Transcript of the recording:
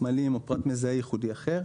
סמלים או פרט מזהה ייחודי אחר,